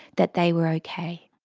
that they were okay.